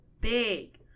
big